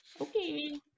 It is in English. Okay